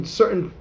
certain